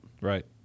Right